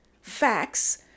facts